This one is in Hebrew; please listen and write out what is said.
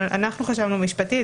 אנחנו חשבנו משפטית,